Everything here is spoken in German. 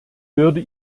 würde